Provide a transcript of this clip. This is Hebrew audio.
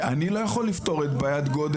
אני לא יכול לפתור את הפקקים.